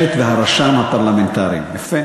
הרשמת הפרלמנטרית, הרשמת והרשם הפרלמנטריים, יפה.